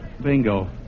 Bingo